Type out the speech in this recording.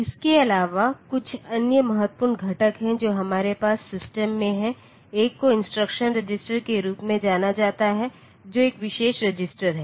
इसके अलावा कुछ अन्य महत्वपूर्ण घटक हैं जो हमारे पास सिस्टम में हैं एक को इंस्ट्रक्शन रजिस्टर के रूप में जाना जाता है जो एक विशेष रजिस्टर है